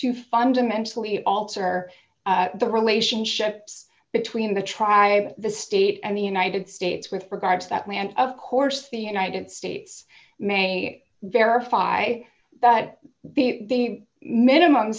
to fundamentally alter the relationships between the tribe the state and the united states with regard to that land of course the united states may verify that the minimum